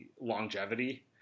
longevity